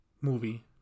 movie